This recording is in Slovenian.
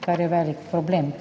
kar je velik problem.